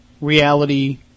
reality